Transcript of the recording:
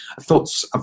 Thoughts